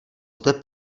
zde